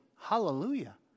Hallelujah